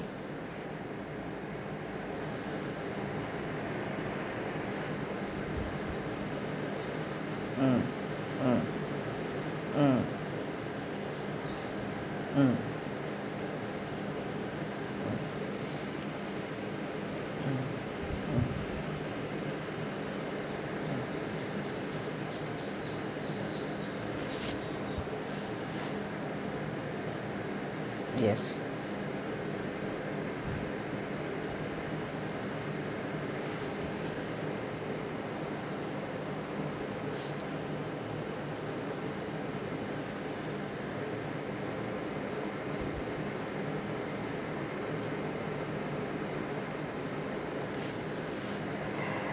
mm mm mm mm yes